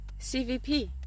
CVP